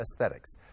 aesthetics